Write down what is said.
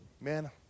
Man